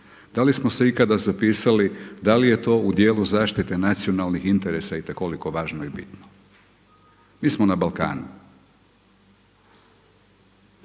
Da li smo se ikada zapitali da li je to u dijelu zaštite nacionalnih interesa i te koliko važno i bitno. Mi smo na Balkanu.